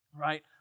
right